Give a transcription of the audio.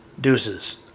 deuces